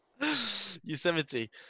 Yosemite